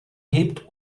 hebt